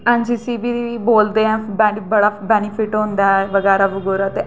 N C C B बोलदे न बड़ा बैनीफिट होंदा ऐ बगैरा बगूरा ते